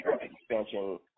Expansion